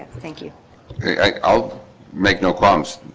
thank you i'll make no qualms.